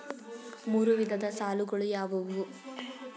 ಮೂರು ವಿಧದ ಸಾಲಗಳು ಯಾವುವು?